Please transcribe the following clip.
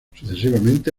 sucesivamente